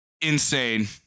insane